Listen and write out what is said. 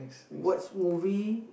watch movie